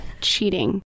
Cheating